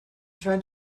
trying